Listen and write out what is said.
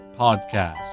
podcast